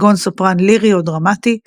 כגון סופרן לירי או דרמטי,